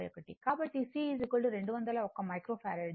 కాబట్టి C 201 micro farad